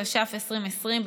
התש"ף 2020,